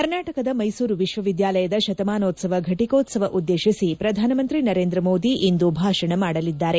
ಕರ್ನಾಟಕದ ಮೈಸೂರು ವಿಶ್ವವಿದ್ಯಾಲಯದ ಶತಮಾನೋತ್ಪವ ಘಟಿಕೋತ್ಪವ ಉದ್ದೇಶಿಸಿ ಪ್ರಧಾನಮಂತ್ರಿ ನರೇಂದ್ರ ಮೋದಿ ಇಂದು ಭಾಷಣ ಮಾಡಲಿದ್ದಾರೆ